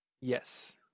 Yes